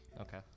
Okay